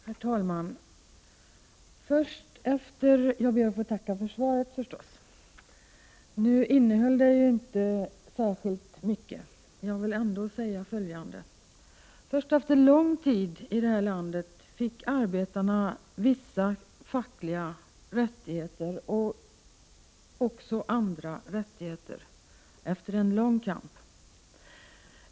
Herr talman! Först ber jag att få tacka för svaret. Men det innehöll inte särskilt mycket. Jag vill ändå säga följande: Först efter lång kamp fick arbetarna i vårt land vissa fackliga rättigheter och också andra rättigheter.